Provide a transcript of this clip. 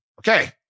Okay